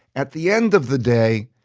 at the end of the day,